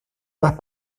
más